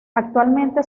actualmente